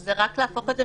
זה רק להפוך את זה